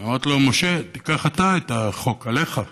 ואמרתי לו: משה, תיקח אתה את החוק עליך.